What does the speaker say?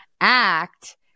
act